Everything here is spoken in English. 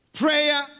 Prayer